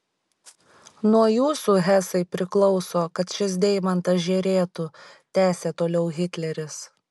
nuo jūsų hesai priklauso kad šis deimantas žėrėtų tęsė toliau hitleris